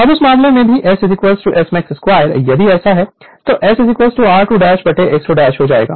Refer Slide Time 2844 अब उस मामले में भी S Smax 2 यदि ऐसा है तो S r2 x 2 हो जाएगा